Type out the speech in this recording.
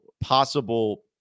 possible